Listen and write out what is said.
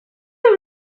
ever